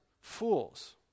fools